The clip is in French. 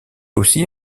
aussi